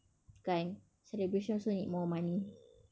kan celebration also need more money